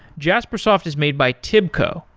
jaspersoft is made by tibco,